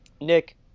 Nick